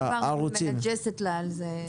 אני כבר מנג'סת לה על זה.